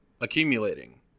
accumulating